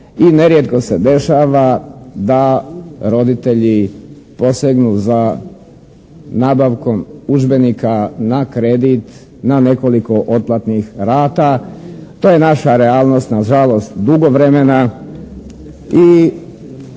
i nerijetko se dešava da roditelji posegnu za nabavkom udžbenika na kredit na nekoliko otplatnih rata. To je naša realnost na žalost dugo vremena